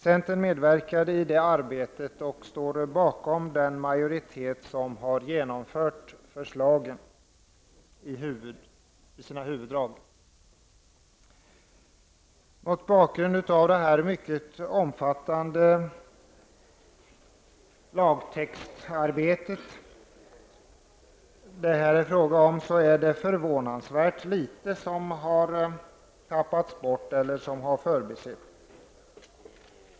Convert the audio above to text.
Centern medverkade i det arbetet och stod bakom den majoritet som har genomfört huvuddragen i förslaget. Mot bakgrund av att det här är fråga om en mycket omfattande lagtext är det förvånansvärt litet som har tappats bort eller förbisetts.